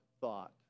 thought